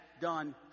done